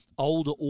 older